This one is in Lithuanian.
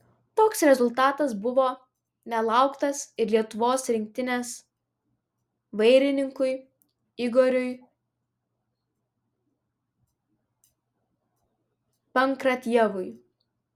toks rezultatas buvo nelauktas ir lietuvos rinktinės vairininkui igoriui pankratjevui